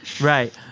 Right